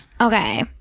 Okay